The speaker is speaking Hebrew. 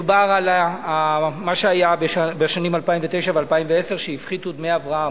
מדובר על מה שהיה בשנים 2009 ו-2010 שהפחיתו דמי הבראה,